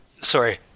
sorry